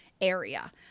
area